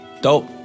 Dope